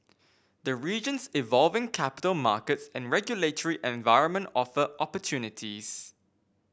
the region's evolving capital markets and regulatory environment offer opportunities